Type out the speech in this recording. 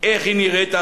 איך נראית ההרחבה,